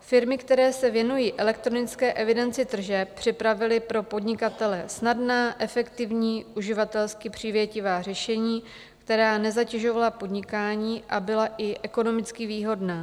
Firmy, které se věnují elektronické evidenci tržeb, připravily pro podnikatele snadná, efektivní, uživatelsky přívětivá řešení, která nezatěžovala podnikání a byla i ekonomicky výhodná.